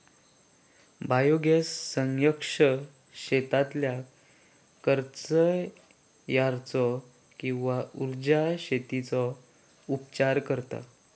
biogas संयंत्र शेतातल्या कचर्याचो किंवा उर्जा शेतीचो उपचार करता